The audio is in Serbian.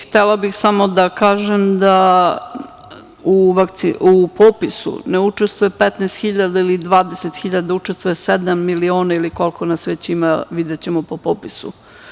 Htela bih samo da kažem da u popisu ne učestvuje 15.000 ili 20.000, učestvuje 7.000.000 ili koliko nas već ima, videćemo po popisu.